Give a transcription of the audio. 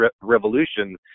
revolution